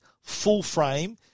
full-frame